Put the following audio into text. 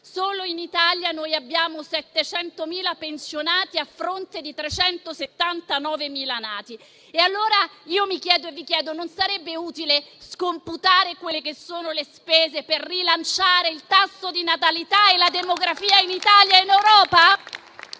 Solo in Italia noi abbiamo 700.000 pensionati a fronte di 379.000 nati. Pertanto, mi chiedo e vi chiedo: non sarebbe utile scomputare le spese per rilanciare il tasso di natalità e la demografia in Italia e in Europa?